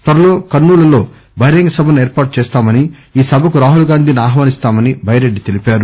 త్వరలో కర్నూలు లో బహిరంగ సభను ఏర్పాటు చేస్తామని ఈ సభకు రాహుల్ గాంధీని ఆహ్వానిస్తామని టైరెడ్జి తెలిపారు